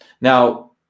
Now